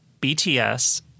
BTS